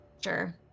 Sure